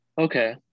Okay